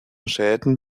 schäden